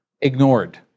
ignored